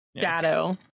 shadow